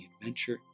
adventure